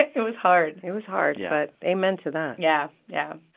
it was hard it was hard, yeah but amen to that yeah yeah,